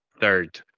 third